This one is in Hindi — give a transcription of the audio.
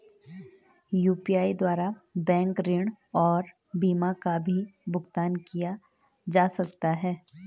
यु.पी.आई द्वारा बैंक ऋण और बीमा का भी भुगतान किया जा सकता है?